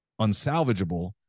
unsalvageable